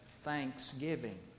thanksgiving